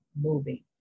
moving